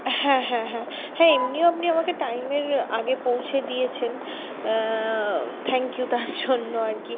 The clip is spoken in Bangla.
হ্যাঁ হ্যাঁ হ্যাঁ হ্যাঁ এমনিও আপনি আমাকে টাইমের আগে পৌঁছে দিয়েছেন থ্যাংক ইউ তার জন্য আর কি